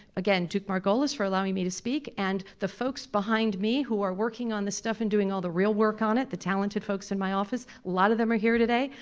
again, duke-margolis for allowing me to speak and the folks behind me who are working on this stuff and doing all the real work on it, the talented folks in my office, a lot of them are here today,